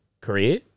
career